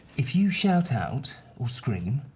iif you shout out or scream,